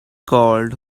called